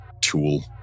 tool